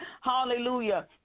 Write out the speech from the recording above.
Hallelujah